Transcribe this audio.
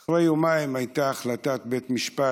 אחרי יומיים הייתה החלטת בית משפט,